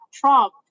trump